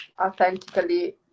authentically